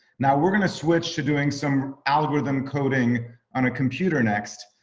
now we're going to switch to doing some algorithms coding on a computer next.